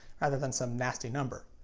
rather than some nasty number.